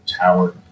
tower